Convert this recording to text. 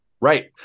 Right